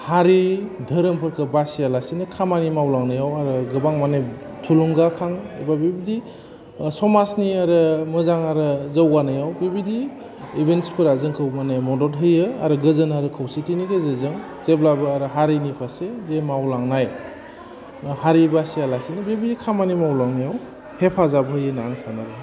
हारि धोरोमफोरखौ बासियालासिनो खामानि मावलांनायाव आरो गोबां माने थुलुंगाखां एबा बेबायदि समाजनि आरो मोजां आरो जौगानायाव बिबायदि इभेन्ट्सफोरा जोंखौ माने मदद होयो आरो गोजोन आरो खौसेथिनि गेजेरजों जेब्लाबो आरो हारिनि फारसे जि मावलांनाय बा हारि बासिया लासिनो बिबायदि खामानि मावलांनायाव हेफाजाब होयो होनना आं सानो